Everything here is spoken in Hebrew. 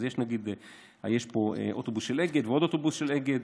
אז יש פה אוטובוס של אגד ועוד אוטובוס של אגד,